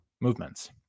movements